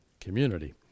community